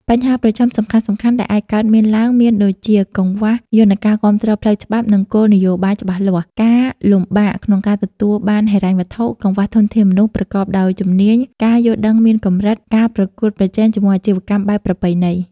បញ្ហាប្រឈមសំខាន់ៗដែលអាចកើតមានឡើងមានដូចជា កង្វះយន្តការគាំទ្រផ្លូវច្បាប់ និងគោលនយោបាយច្បាស់លាស់ ការលំបាកក្នុងការទទួលបានហិរញ្ញវត្ថុ កង្វះធនធានមនុស្សប្រកបដោយជំនាញ ការយល់ដឹងមានកម្រិត ការប្រកួតប្រជែងជាមួយអាជីវកម្មបែបប្រពៃណី ។